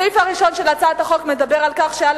הסעיף הראשון של הצעת החוק מדבר על כך שעל